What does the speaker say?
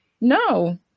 no